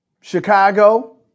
Chicago